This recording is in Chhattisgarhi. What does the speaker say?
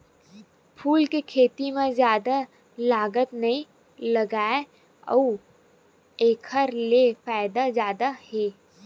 फूल के खेती म जादा लागत नइ लागय अउ एखर ले फायदा जादा हे